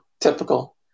typical